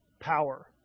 power